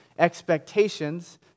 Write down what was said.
expectations